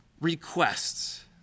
requests